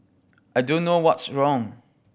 I don't know what's wrong